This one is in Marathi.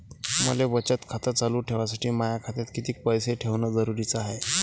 मले बचत खातं चालू ठेवासाठी माया खात्यात कितीक पैसे ठेवण जरुरीच हाय?